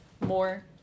more